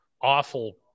awful